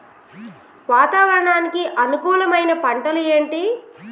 వాతావరణానికి అనుకూలమైన పంటలు ఏంటి?